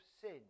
sin